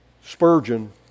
Spurgeon